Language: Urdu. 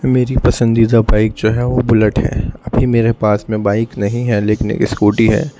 میری پسندیدہ بائک جو ہے وہ بلیٹ ہے ابھی میرے پاس میں بائک نہیں ہے لیکن اسکوٹی ہے